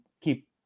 keep